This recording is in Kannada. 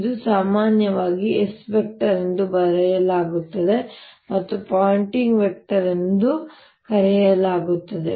ಇದನ್ನು ಸಾಮಾನ್ಯವಾಗಿ S ಎಂದು ಬರೆಯಲಾಗುತ್ತದೆ ಮತ್ತು ಪಾಯಿಂಟಿಂಗ್ ವೆಕ್ಟರ್ ಎಂದು ಕರೆಯಲಾಗುತ್ತದೆ